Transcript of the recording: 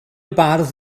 bardd